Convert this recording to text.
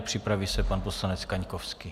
Připraví se pan poslanec Kaňkovský.